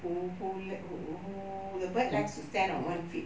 who who lo~ who who the bird likes to stand on one feet